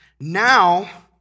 now